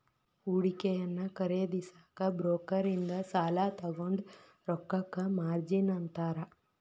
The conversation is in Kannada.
ಹೂಡಿಕೆಯನ್ನ ಖರೇದಿಸಕ ಬ್ರೋಕರ್ ಇಂದ ಸಾಲಾ ತೊಗೊಂಡ್ ರೊಕ್ಕಕ್ಕ ಮಾರ್ಜಿನ್ ಅಂತಾರ